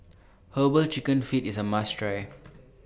Herbal Chicken Feet IS A must Try